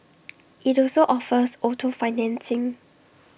IT also offers auto financing